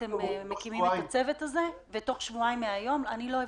ואתם רק עכשיו מקימים את הצוות הזה?